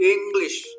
English